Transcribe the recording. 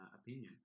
opinion